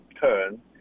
turn